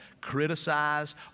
criticize